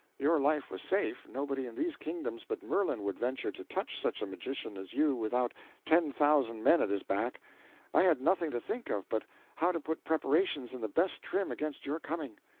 your life was safe nobody in these kingdoms but merlin would venture to touch such a magician as you without ten thousand men at his back i had nothing to think of but how to put preparations in the best trim against your coming.